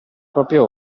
proprio